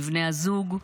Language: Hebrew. לבני הזוג,